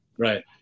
Right